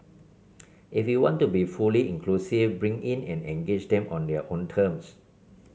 if you want to be fully inclusive bring in and engage them on their own terms